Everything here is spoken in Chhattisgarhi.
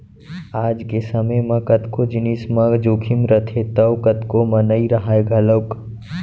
आज के समे म कतको जिनिस म जोखिम रथे तौ कतको म नइ राहय घलौक